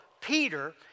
Peter